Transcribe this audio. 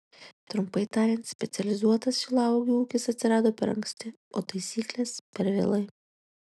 trumpai tariant specializuotas šilauogių ūkis atsirado per anksti o taisyklės per vėlai